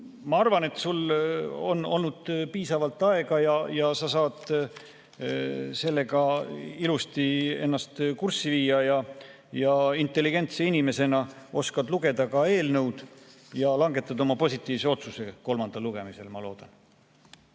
ma arvan, et sul on olnud piisavalt aega ja sa saad sellega ilusti ennast kurssi viia. Intelligentse inimesena oskad lugeda ka eelnõu ja langetad positiivse otsuse kolmandal lugemisel, ma loodan.